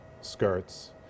skirts